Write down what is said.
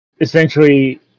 essentially